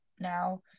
now